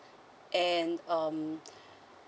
and um